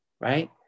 Right